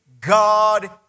God